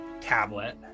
tablet